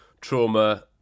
trauma